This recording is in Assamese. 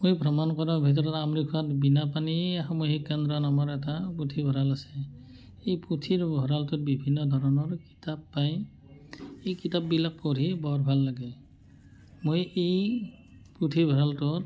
মই ভ্ৰমণ কৰাৰ ভিতৰত বিনাপানী সামূহিক কেন্দ্ৰ নামৰ এটা পুথিভঁৰাল আছে এই পুথিভঁৰালটোত বিভিন্ন ধৰণৰ কিতাপ পাই এই কিতাপবিলাক পঢ়ি বৰ ভাল লাগে মই এই পুথিভঁৰালটোত